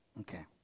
Okay